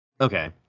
Okay